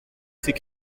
ses